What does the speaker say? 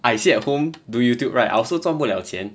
I sit at home do youtube right I also 赚不了钱